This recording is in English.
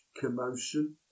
commotion